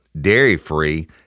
dairy-free